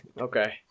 Okay